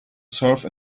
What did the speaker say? serve